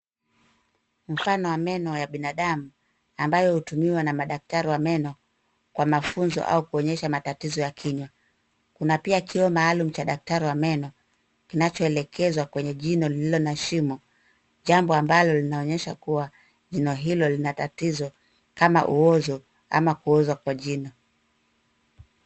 Mfano wa meno ya binadamu ambayo hutumiwa na madaktari wa meno kwa mafunzo au kuonyesha matatizo ya kinywa. Kuna pia kioo maalum cha daktari wa meno, kinachoelekezwa kwenye jino lililo na shimo jambo ambalo linaonyesha kuwa jino hilo lina tatizo kama uozo ama kuoza kwa jino.